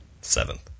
Seventh